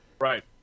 Right